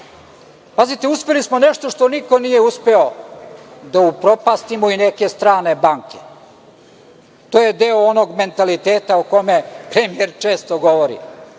Pazite, uspeli smo nešto što niko nije uspeo, da upropastimo i neke strane banke. To je deo onog mentaliteta o kome premijer često govori,